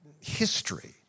history